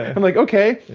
i'm like, okay.